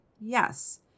Yes